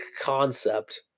concept